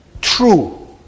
True